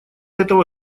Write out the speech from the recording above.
этого